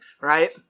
right